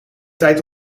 tijd